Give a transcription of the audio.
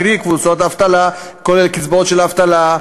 קרי קבוצות אבטלה כולל קצבאות של אבטלה,